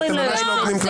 אתם ממש לא הוגנים כלפיה.